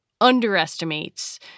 underestimates